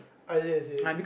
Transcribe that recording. ah yes yes